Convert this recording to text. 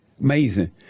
Amazing